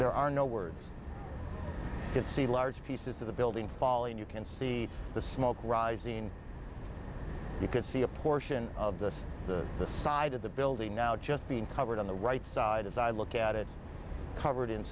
there are no words can see large pieces of the building falling you can see the smoke rising you can see a portion of this to the side of the building now just being covered on the right side as i look at it covered in